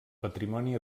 patrimoni